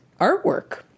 artwork